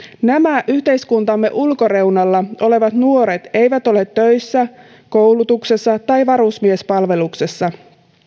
nämä yhteiskuntamme ulkoreunalla olevat nuoret eivät ole töissä koulutuksessa tai varusmiespalveluksessa